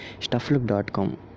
Stufflook.com